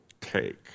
take